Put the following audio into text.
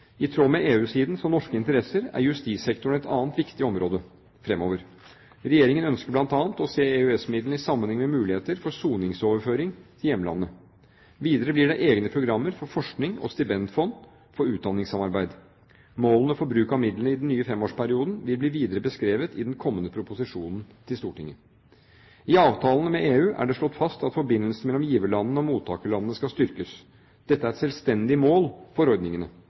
I tråd med EU-sidens og norske interesser er justissektoren et annet viktig område fremover. Regjeringen ønsker bl.a. å se EØS-midlene i sammenheng med muligheter for soningsoverføring til hjemlandet. Videre blir det egne programmer for forskning og stipendfond for utdanningssamarbeid. Målene for bruk av midlene i den nye femårsperioden vil bli videre beskrevet i den kommende proposisjonen til Stortinget. I avtalene med EU er det slått fast at forbindelsene mellom giverlandene og mottakerlandene skal styrkes. Dette er et selvstendig mål for ordningene.